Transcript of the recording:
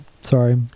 Sorry